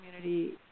community